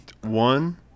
one